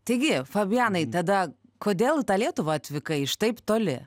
taigi fabianai tada kodėl į tą lietuvą atvykai iš taip toli